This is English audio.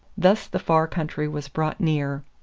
thus the far country was brought near.